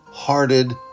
hearted